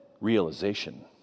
realization